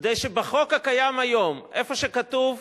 כדי שבחוק היום איפה שכתוב "דת"